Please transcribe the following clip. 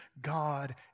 God